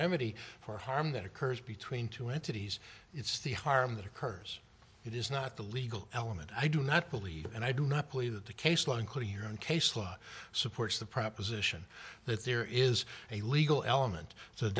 remedy for harm that occurs between two entities it's the harm that occurs it is not the legal element i do not believe and i do not believe that the case law including your own case law supports the proposition that there is a legal element so the